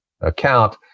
account